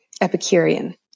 Epicurean